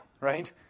right